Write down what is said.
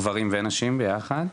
גברים ונשים ביחד,